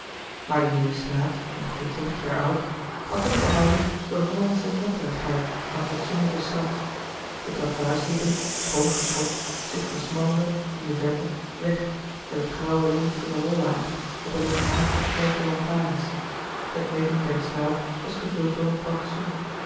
maar de nieuwe straat ongeveer twintig jaar oud had toch behouden de hollandsche netterigheid van fatsoenlijken stand de trottoirs liepen schoon louis couperus de boeken der kleine zielen geschrobd zich versmallende in de verte weg met het grauwe lint van de rollaag met de regelmatig geplante lantarens het midden der straat was gevuld door een plantsoen